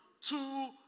Two